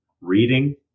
reading